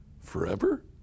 Forever